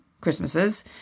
Christmases